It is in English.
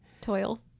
Toil